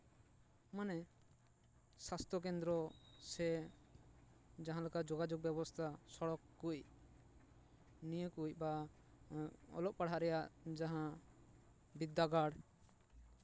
ᱢᱟᱱᱮ ᱥᱟᱥᱛᱷᱚ ᱠᱮᱫᱽᱨᱚ ᱥᱮ ᱡᱟᱦᱟᱸ ᱞᱮᱠᱟ ᱡᱳᱜᱟᱡᱳᱜᱽ ᱵᱮᱵᱚᱥᱛᱷᱟ ᱥᱚᱲᱚᱠ ᱠᱚᱡ ᱱᱤᱭᱟᱹ ᱠᱚ ᱵᱟ ᱚᱞᱚᱜ ᱯᱟᱲᱦᱟᱜ ᱨᱮᱭᱟᱜ ᱡᱟᱦᱟᱸ ᱵᱤᱫᱽᱫᱟᱜᱟᱲ